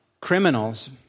criminals